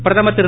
பிரதமர் திரு